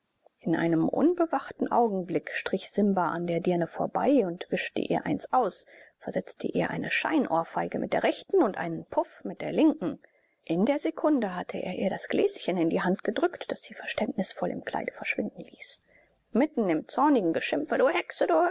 in einem unbewachten augenblick strich simba an der dirne vorbei und wischte ihr eins aus versetzte ihr eine scheinohrfeige mit der rechten und einen puff mit der linken in der sekunde hatte er ihr das gläschen in die hand gedrückt das sie verständnisvoll im kleide verschwinden ließ mitten im zornigen geschimpfe du hexe